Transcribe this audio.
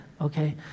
okay